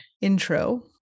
intro